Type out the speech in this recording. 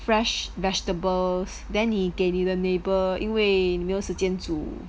fresh vegetables then 你给你的 neighbour 因为没有时间煮